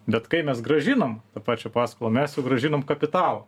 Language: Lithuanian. bet kai mes grąžinam tą pačią paskolą mes jau grąžinam kapitalą